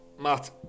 Matt